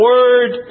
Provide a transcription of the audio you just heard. Word